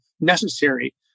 necessary